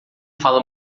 fala